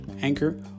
Anchor